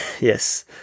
Yes